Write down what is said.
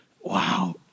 Wow